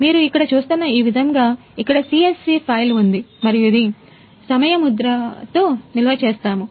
మీరు ఇక్కడ చూస్తున్న ఈ విధముగా ఇక్కడ CSV ఫైల్ ఉంది మరియు ఇది సమయముద్రతో నిల్వ చేస్తాము